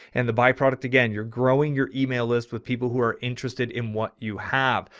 and the by-product, again, you're growing your email list with people who are interested in what you have.